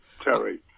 Terry